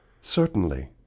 Certainly